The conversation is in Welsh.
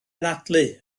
anadlu